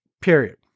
Period